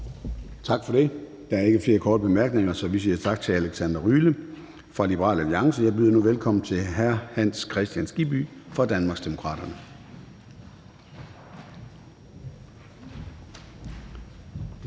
Gade): Der er ingen korte bemærkninger, så vi siger tak til hr. Steffen Larsen fra Liberal Alliance. Jeg byder nu velkommen til fru Betina Kastbjerg fra Danmarksdemokraterne.